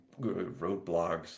roadblocks